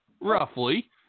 Roughly